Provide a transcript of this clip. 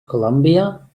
colombia